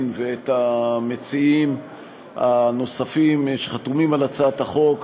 ואת המציעים הנוספים שחתומים על הצעת החוק